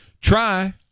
try